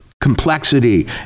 complexity